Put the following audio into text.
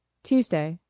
tuesday.